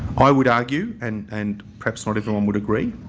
i would argue and and perhaps not everyone would agree.